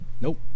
Nope